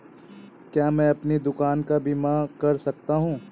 क्या मैं अपनी दुकान का बीमा कर सकता हूँ?